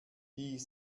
die